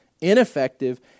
ineffective